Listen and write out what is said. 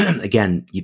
again